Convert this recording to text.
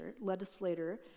legislator